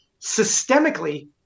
systemically